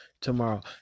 tomorrow